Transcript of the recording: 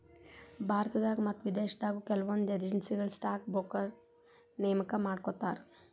ಭಾರತದಾಗ ಮತ್ತ ವಿದೇಶದಾಗು ಕೆಲವೊಂದ್ ಏಜೆನ್ಸಿಗಳು ಸ್ಟಾಕ್ ಬ್ರೋಕರ್ನ ನೇಮಕಾ ಮಾಡ್ಕೋತಾರ